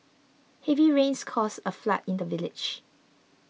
heavy rains caused a flood in the village